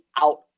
out